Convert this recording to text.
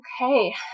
Okay